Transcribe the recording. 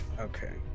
Okay